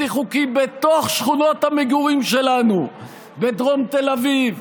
חוקי בתוך שכונות המגורים שלנו בדרום תל אביב,